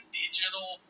digital